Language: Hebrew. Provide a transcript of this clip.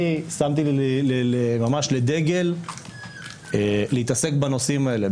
אני שמתי ממש לדגל להתעסק בנושאים האלה.